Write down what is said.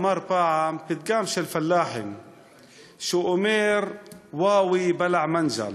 שאמר פעם פתגם של פלאחים שאומר: "ואווי בלע מנג'ל".